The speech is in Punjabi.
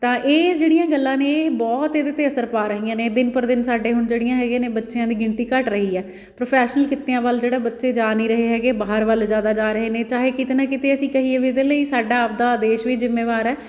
ਤਾਂ ਇਹ ਜਿਹੜੀਆਂ ਗੱਲਾਂ ਨੇ ਇਹ ਬਹੁਤ ਇਹਦੇ 'ਤੇ ਅਸਰ ਪਾ ਰਹੀਆਂ ਨੇ ਦਿਨ ਪਰ ਦਿਨ ਸਾਡੇ ਹੁਣ ਜਿਹੜੀਆਂ ਹੈਗੇ ਨੇ ਬੱਚਿਆਂ ਦੀ ਗਿਣਤੀ ਘੱਟ ਰਹੀ ਆ ਪ੍ਰੋਫੈਸ਼ਨ ਕਿੱਤਿਆਂ ਵੱਲ ਜਿਹੜਾ ਬੱਚੇ ਜਾ ਨਹੀਂ ਰਹੇ ਹੈਗੇ ਬਾਹਰ ਵੱਲ ਜ਼ਿਆਦਾ ਜਾ ਰਹੇ ਨੇ ਚਾਹੇ ਕਿਤੇ ਨਾ ਕਿਤੇ ਅਸੀਂ ਕਹੀਏ ਵੀ ਇਹਦੇ ਲਈ ਸਾਡਾ ਆਪਦਾ ਦੇਸ਼ ਜ਼ਿੰਮੇਵਾਰ ਹੈ